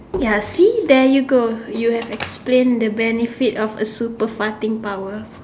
ya see there you go you have explain the benefit of a super farting power